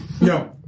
No